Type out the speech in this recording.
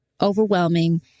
overwhelming